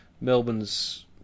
Melbourne's